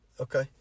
Okay